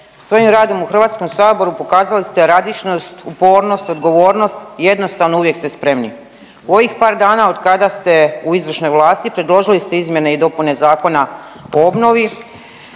Svojim radom u HS pokazali ste radišnost, upornost, odgovornost i jednostavno uvijek ste spremni. U ovih par dana otkada ste u izvršnoj vlasti predložili ste izmjene i dopune Zakona o obnovi